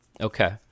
Okay